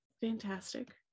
fantastic